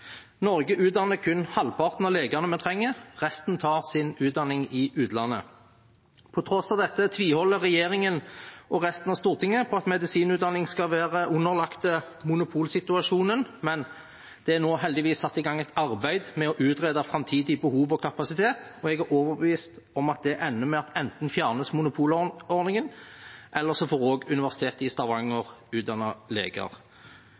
Norge utdanner kun halvparten av legene vi trenger. Resten tar sin utdanning i utlandet. På tross av dette tviholder regjeringen og resten av Stortinget på at medisinutdanning skal være underlagt monopolsituasjonen, men det er nå heldigvis satt i gang et arbeid med å utrede framtidig behov og kapasitet, og jeg er overbevist om at det ender med at enten fjernes monopolordningen, eller så får også Universitetet i Stavanger utdanne leger.